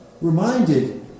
reminded